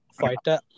fighter